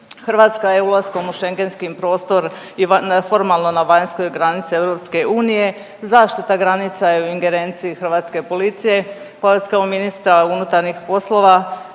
Hrvatska je ulaskom u Schengenski prostor i formalno na vanjskoj granici EU, zaštita granica je u ingerenciji hrvatske policije pa vas kao ministra unutarnjih poslova